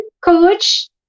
Coach